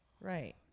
Right